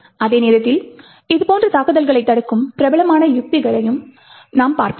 அதே நேரத்தில் இதுபோன்ற தாக்குதல்களைத் தடுக்கும் பிரபலமான பாதுகாப்பு உத்திகளையும் நாம் பார்ப்போம்